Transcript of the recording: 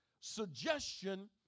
suggestion